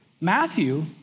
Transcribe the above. Matthew